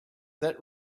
that